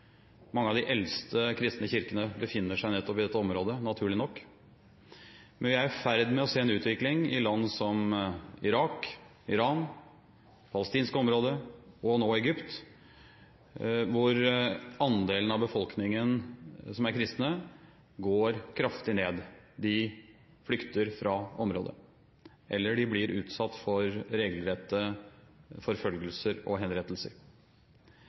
Mange av de eldste kristne kirkene befinner seg nettopp i dette området, naturlig nok, men vi er i ferd med å se en utvikling i land som Irak, Iran, det palestinske området og nå Egypt, hvor andelen av befolkningen som er kristne, går kraftig ned. De flykter fra området, eller de blir utsatt for regelrette forfølgelser og henrettelser.